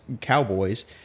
cowboys